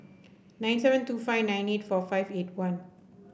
nine seven two five nine eight four five eight one